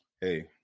hey